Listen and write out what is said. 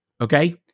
Okay